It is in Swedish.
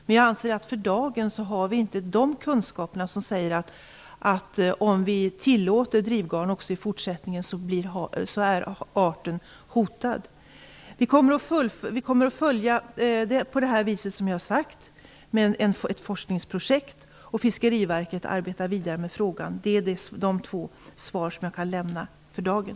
Men jag anser att vi för dagen inte har de kunskaperna som säger att om vi tillåter drivgarn också i fortsättningen så är arten hotad. Vi kommer att fortsätta arbetet med ett forskningsprojekt på det sätt jag har sagt, och Fiskeriverket arbetar vidare med frågan. Det är de två svar som jag kan lämna för dagen.